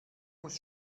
muss